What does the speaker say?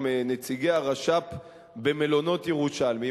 נציגי הרשות הפלסטינית במלונות ירושלמיים.